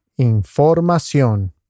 información